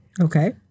Okay